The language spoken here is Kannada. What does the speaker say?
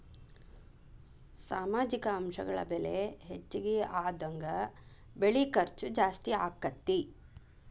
ಸಾಮಾಜಿಕ ಅಂಶಗಳ ಬೆಲೆ ಹೆಚಗಿ ಆದಂಗ ಬೆಳಿ ಖರ್ಚು ಜಾಸ್ತಿ ಅಕ್ಕತಿ